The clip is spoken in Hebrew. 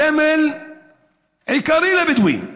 סמל עיקרי לבדואים.